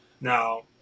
Now